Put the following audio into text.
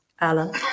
alan